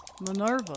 Minerva